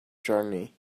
journey